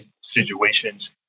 situations